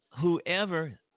whoever